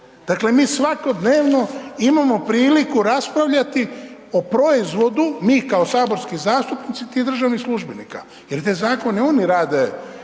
Dakle, mi svakodnevno imamo priliku raspravljati o proizvodu, mi kao saborski zastupnici tih državnih službenika, jer te zakone oni rade